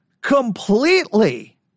completely